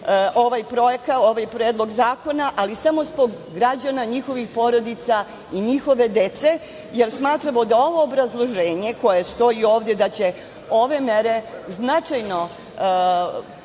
će podržati ovaj predlog zakona, ali samo zbog građana, njihovih porodica i njihove dece, jer smatramo da ovo obrazloženje koje stoji ovde da će ove mere značajno